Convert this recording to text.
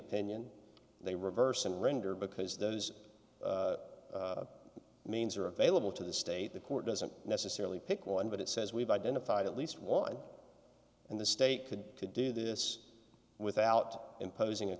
opinion they reverse and render because those means are available to the state the court doesn't necessarily pick one but it says we've identified at least one and the state could could do this without imposing a